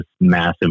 massive